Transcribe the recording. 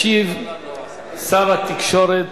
ישיב שר התקשורת,